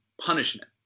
punishment